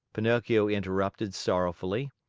pinocchio interrupted sorrowfully.